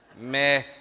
meh